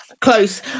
close